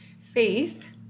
Faith